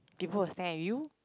people will stare at you